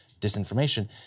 disinformation